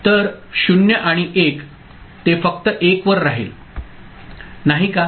तर 0 आणि 1 ते फक्त 1 वर राहील नाही का